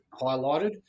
highlighted